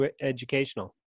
educational